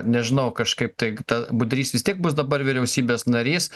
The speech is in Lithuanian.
nežinau kažkaip tai ta budrys vis tiek bus dabar vyriausybės narys